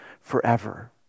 forever